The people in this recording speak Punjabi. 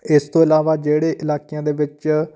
ਇਸ ਤੋਂ ਇਲਾਵਾ ਜਿਹੜੇ ਇਲਾਕਿਆਂ ਦੇ ਵਿੱਚ